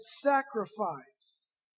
sacrifice